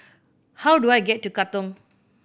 how do I get to Katong